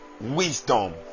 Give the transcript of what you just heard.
wisdom